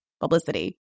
publicity